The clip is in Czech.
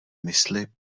mysli